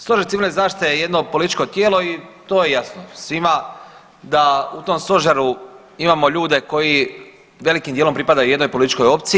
Stožer Civilne zaštite je jedno političko tijelo i to je jasno svima, da u tom Stožeru imamo ljude koji velikim dijelom pripadaju jednoj političkoj opciji.